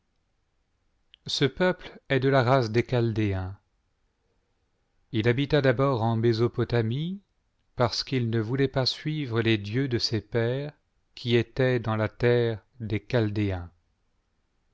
ce peuple est de la race des chaldéens il habita d'abord en mésopotamie parce qu'il ne voulciit pas suivre les dieux de ses pères qui étaient dans la terre des